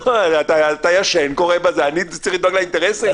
אני מעדיף לתת פתרון פרקטי במקום החוק הזה.